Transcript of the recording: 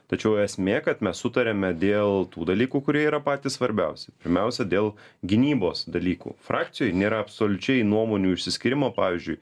tačiau esmė kad mes sutariame dėl tų dalykų kurie yra patys svarbiausi pirmiausia dėl gynybos dalykų frakcijoj nėra absoliučiai nuomonių išsiskyrimo pavyzdžiui